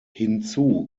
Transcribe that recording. hinzu